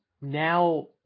now